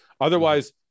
Otherwise